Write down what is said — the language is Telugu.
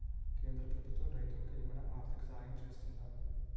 కేంద్ర ప్రభుత్వం రైతులకు ఏమైనా ఆర్థిక సాయం చేస్తుందా?